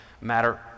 matter